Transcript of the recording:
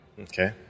Okay